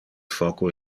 foco